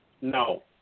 No